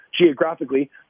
geographically